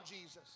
Jesus